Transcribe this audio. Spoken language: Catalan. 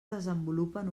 desenvolupen